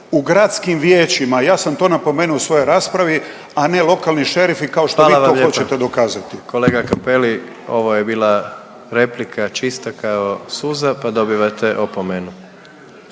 u gradskih vijećima, ja sam to napomenuo u svojoj raspravi, a ne lokalni šerifi, kao što vi to hoćete dokazati. **Jandroković, Gordan (HDZ)** Hvala vam lijepa. Kolega Cappelli, ovo je bila replika čista kao suza pa dobivate opomenu.